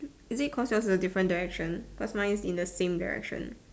is it cause yours is different direction cause mine is in the same direction